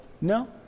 No